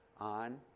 on